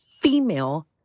female